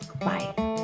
Bye